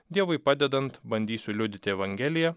dievui padedant bandysiu liudyti evangeliją